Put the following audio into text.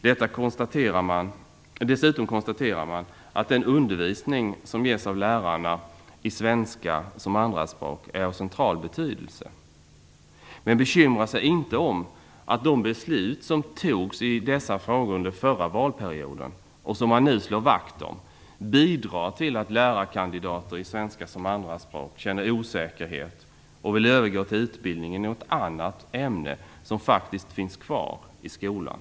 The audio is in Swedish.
Dessutom konstaterar man att den undervisning som ges av lärarna i svenska som andraspråk är av central betydelse. Men man bekymrar sig inte om att de beslut som fattades i dessa frågor under den förra valperioden, och som man nu slår vakt om, bidrar till att lärarkandidater i svenska som andraspråk känner osäkerhet och vill övergå till utbildning i något annat ämne, som faktiskt finns kvar i skolan.